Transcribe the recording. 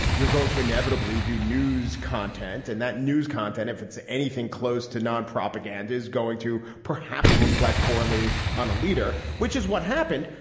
you're going to inevitably do news content. and that news content, if it's anything close to non propaganda, is going to perhaps reflect poorly on a leader, which is what happened.